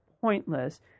pointless